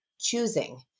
choosing